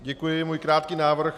Děkuji, mám krátký návrh.